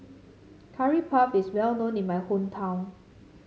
Curry Puff is well known in my hometown